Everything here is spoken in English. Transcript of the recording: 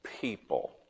people